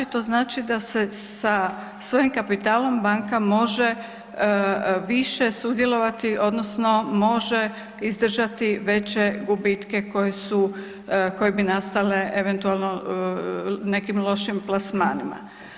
To znači da se sa svojim kapitalom banka može više sudjelovati odnosno može izdržati veće gubitke koji su, koji bi nastale eventualno nekim lošim plasmanima.